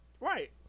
Right